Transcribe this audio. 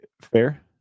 Fair